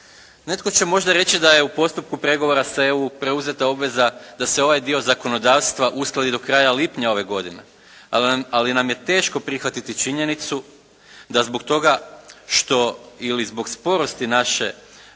Netko će možda reći da je u postupku pregovora sa EU preuzeta obveza da se ovaj dio zakonodavstva uskladi do kraja lipnja ove godine, ali nam je teško prihvatiti činjenicu da zbog toga što ili zbog sporosti naše